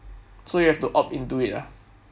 so you have to opt into it ah